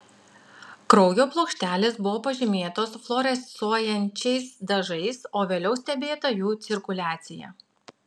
kraujo plokštelės buvo pažymėtos fluorescuojančiais dažais o vėliau stebėta jų cirkuliacija